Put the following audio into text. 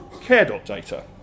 care.data